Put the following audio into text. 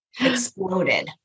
exploded